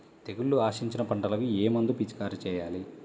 తెగుళ్లు ఆశించిన పంటలకు ఏ మందు పిచికారీ చేయాలి?